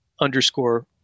underscore